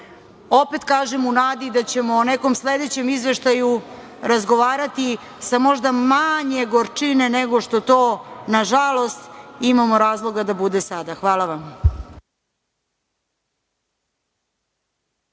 opet kažem, u nadi da ćemo o nekom sledećem izveštaju razgovarati sa možda manje gorčine nego što to, nažalost, imamo razloga da bude sada. Hvala vam.